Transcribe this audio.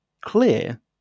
clear